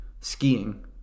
Skiing